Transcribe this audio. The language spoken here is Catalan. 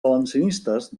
valencianistes